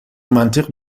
منطق